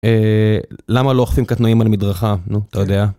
אה, למה לא אוכפים קטנועים על מדרכה, נו, אתה יודע.